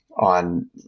on